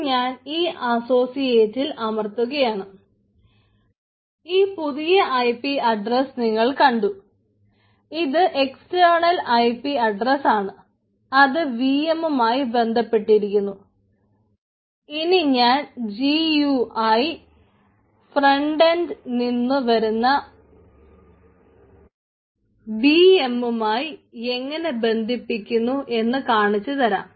ഇനി ഞാൻ ഈ അസോസിയേറ്റിൽ നിന്നു വരുന്ന വി എമ്മുമായി എങ്ങനെ ബന്ധിപ്പിക്കുന്നു എന്ന് കാണിച്ചു തരാം